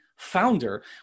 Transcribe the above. founder